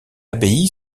abbaye